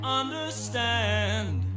understand